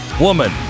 woman